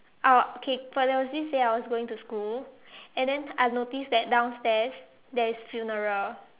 our okay for there was this day I was going to school and then I noticed that downstairs there is funeral